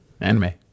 anime